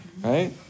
right